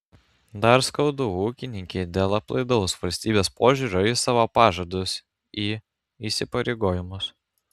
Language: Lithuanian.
dar skaudu ūkininkei dėl aplaidaus valstybės požiūrio į savo pažadus į įsipareigojimus